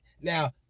Now